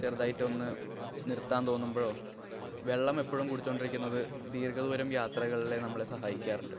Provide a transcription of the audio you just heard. ചെറുതായിട്ടൊന്ന് നിര്ത്താന് തോന്നുമ്പോഴോ വെള്ളം എപ്പോഴും കുടിച്ചു കൊണ്ടിരിക്കുന്നത് ദീര്ഘ ദൂരം യാത്രകളിൽ നമ്മളെ സഹായിക്കാറുണ്ട്